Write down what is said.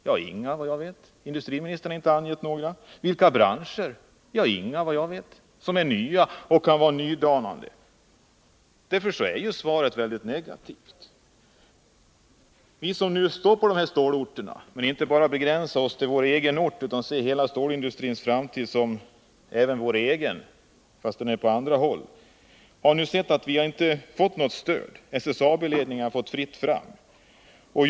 Inga, vad jag vet — industriministern har inte angett några. Vilka branscher skall vi satsa på? Inga, vad jag vet, åtminstone inte några som är nya och kan vara nydanande. Därför är svaret mycket negativt. Vi som bor på dessa stålorter men inte bara begränsar oss till vår egen ort utan ser hela stålindustrins framtid som även vår egen inser att vi inte har fått något stöd. Det är fritt fram för SSAB-ledningen.